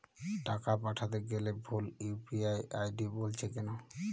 টাকা পাঠাতে গেলে ভুল ইউ.পি.আই আই.ডি বলছে কেনো?